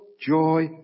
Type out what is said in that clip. joy